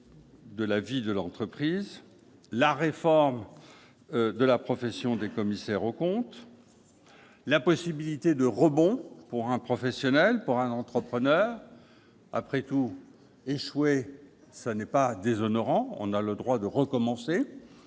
de la vie de l'entreprise ; la réforme de la profession de commissaire aux comptes ; la possibilité de rebond pour un professionnel, pour un entrepreneur, car, après tout, il n'est pas déshonorant d'échouer et l'on a le droit de recommencer,